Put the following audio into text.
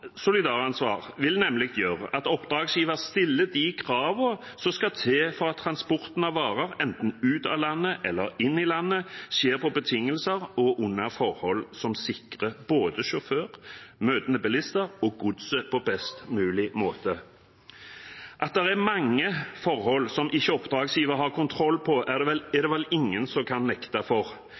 solidaransvar vil nemlig gjøre at oppdragsgiveren stiller de kravene som skal til for at transporten av varer, enten ut av landet eller inn i landet, skjer på betingelser og under forhold som sikrer både sjåfør, møtende bilister og godset på best mulig måte. At det er mange forhold som ikke oppdragsgiveren har kontroll over, er det vel ingen som kan nekte for.